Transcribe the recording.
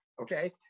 Okay